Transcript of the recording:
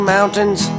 Mountains